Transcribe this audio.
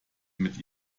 mit